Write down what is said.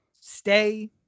stay